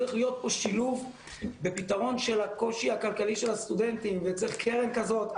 צריך להיות פה שילוב בפתרון הקושי הכלכלי של הסטודנטים וצריך קרן כזאת.